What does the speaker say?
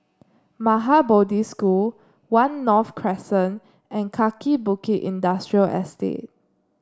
Maha Bodhi School One North Crescent and Kaki Bukit Industrial Estate